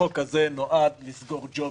החוק הזה נועד לסגור ג'ובים,